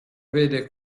vede